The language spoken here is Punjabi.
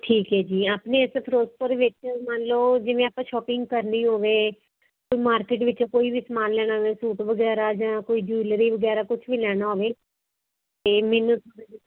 ਠੀਕ ਹੈ ਜੀ ਆਪਣੇ ਇੱਥੇ ਫ਼ਿਰੋਜ਼ਪੁਰ ਵਿੱਚ ਮੰਨ ਲਓ ਜਿਵੇਂ ਆਪਾਂ ਸ਼ੋਪਿੰਗ ਕਰਨੀ ਹੋਵੇ ਮਾਰਕੀਟ ਵਿੱਚ ਕੋਈ ਵੀ ਸਮਾਨ ਲੈਣਾ ਹੋਵੇ ਸੂਟ ਵਗੈਰਾ ਜਾਂ ਕੋਈ ਜੂਲਰੀ ਵਗੈਰਾ ਕੁਛ ਵੀ ਲੈਣਾ ਹੋਵੇ ਤਾਂ ਮੈਨੂੰ ਥੋੜ੍ਹਾ ਜਿਹਾ